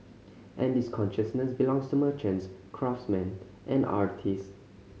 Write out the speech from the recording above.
and this consciousness belongs to merchants craftsman and artist